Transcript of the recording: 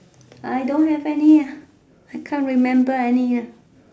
I don't have any ah I can't remember any ah